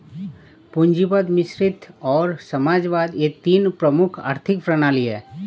पूंजीवाद मिश्रित और समाजवाद यह तीन प्रमुख आर्थिक प्रणाली है